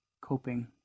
coping